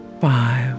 five